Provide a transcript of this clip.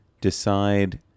decide